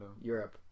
Europe